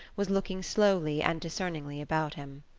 was looking slowly and discerningly about him.